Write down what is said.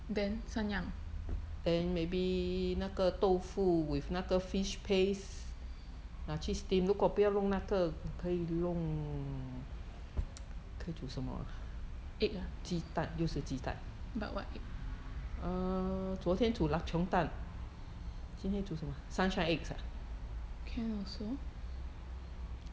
then 三样: san yang egg ah but what egg can also